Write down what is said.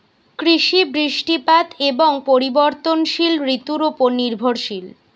কৃষি বৃষ্টিপাত এবং পরিবর্তনশীল ঋতুর উপর নির্ভরশীল